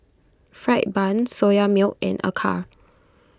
Fried Bun Soya Milk and Acar